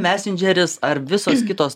mesendžeris ar visos kitos